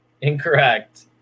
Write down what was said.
Incorrect